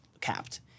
capped